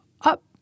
up